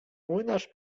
młynarz